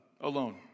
alone